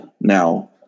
now